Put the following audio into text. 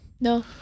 No